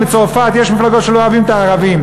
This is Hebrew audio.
בצרפת יש מפלגות שלא אוהבות את הערבים,